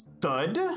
thud